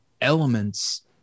elements